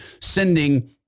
sending